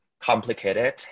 complicated